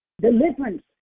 deliverance